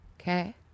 Okay